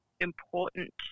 important